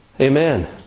Amen